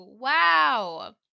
Wow